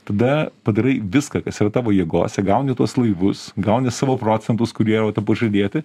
tada padarai viską kas yra tavo jėgose gauni tuos laivus gauni savo procentus kurie pažadėti